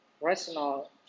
rational